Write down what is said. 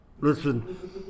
Listen